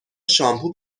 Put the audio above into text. شامپو